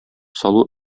салу